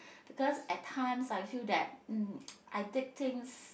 because at times I feel that um I take things